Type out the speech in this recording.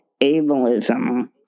ableism